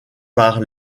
par